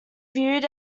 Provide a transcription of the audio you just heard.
viewed